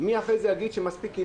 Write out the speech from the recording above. אשמח אם הם יעלו.